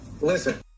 Listen